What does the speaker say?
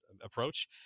approach